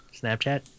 Snapchat